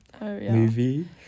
movie